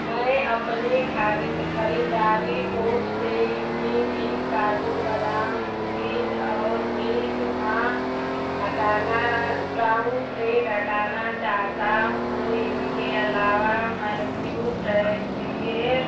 मैं अपने खारी ख़रीदारी कोर्ट से युनिबिक काजू बादाम कुकीज़ और मिल्क हटाना ब्राउन ब्रेड हटाना चाहता हूँ इनके अलावा मैथ्यू टैसिएर